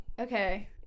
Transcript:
Okay